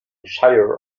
shire